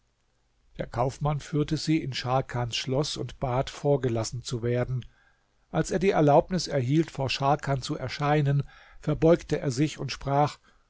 der kaufmann führte sie in scharkans schloß und bat vorgelassen zu werden als er die erlaubnis erhielt vor scharkan zu erscheinen verbeugte er sich und sprach